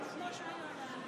התקבלה.